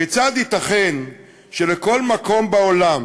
כיצד ייתכן שבכל מקום בעולם